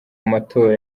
amatora